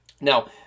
Now